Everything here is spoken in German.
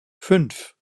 fünf